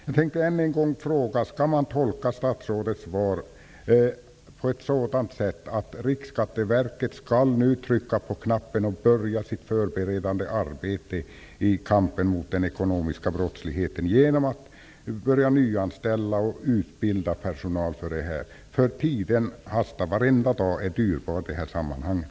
Jag vill än en gång fråga om man skall tolka statsrådets svar så, att Riksskatteverket nu skall trycka på knappen för att börja sitt förberedande arbete i kampen mot den ekonomiska brottsligheten genom nyanställningar och utbildning av personal. Tiden hastar. Varenda dag är dyrbar i det här sammanhanget.